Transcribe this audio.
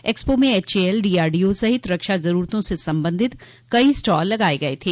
expo में HAL DRDO सहित रक्षा जरूरतों से संबंधित कई स्टॉल लगाये गये थे